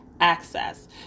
access